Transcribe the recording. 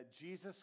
Jesus